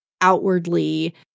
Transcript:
outwardly